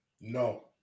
No